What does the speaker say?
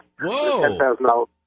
Whoa